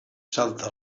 salta